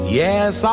yes